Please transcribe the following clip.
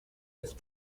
этот